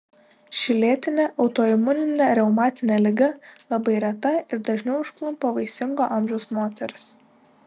ši lėtinė autoimuninė reumatinė liga labai reta ir dažniau užklumpa vaisingo amžiaus moteris